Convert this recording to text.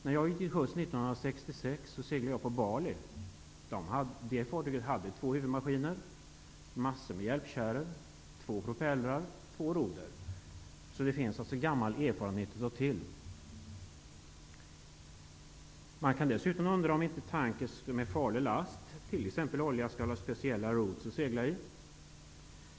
När jag gick till sjöss 1966 seglade jag på Bali, och fartyget hade två huvudmaskiner, massor med hjälpkärl, två propellrar och två roder. Det finns alltså gammal erfarenhet att ta till sig. Man kan dessutom undra om inte tankrar med farlig last, t.ex. olja, skall ha speciella rutter att segla i.